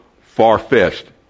far-fetched